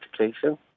education